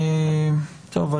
טוב,